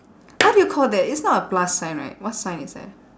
what do you call that it's not a plus sign right what sign is that